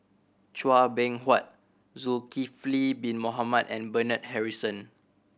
Chua Beng Huat Zulkifli Bin Mohamed and Bernard Harrison